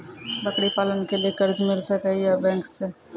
बकरी पालन के लिए कर्ज मिल सके या बैंक से?